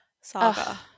Saga